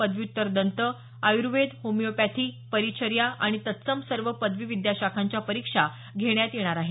पदव्युत्तर दंत आयुर्वेद होमिओपॅथी परिचर्या आणि तत्सम सर्व पदवी विद्याशाखांच्या परीक्षा घेण्यात येणार आहेत